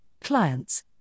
clients